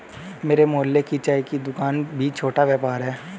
मेरे मोहल्ले की चाय की दूकान भी छोटा व्यापार है